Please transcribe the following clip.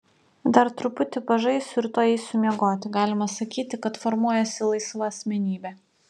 dar truputį pažaisiu ir tuoj eisiu miegoti galima sakyti kad formuojasi laisva asmenybė